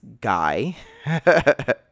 guy